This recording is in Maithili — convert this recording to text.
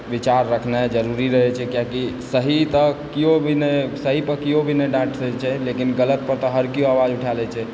विचार रखनाइ जरुरी रहै छै किआकि सही तऽ केओ भी नहि सही पर केओ भी नहि छै लेकिन गलत पर तऽ हर केओ आवाज उठाबय छै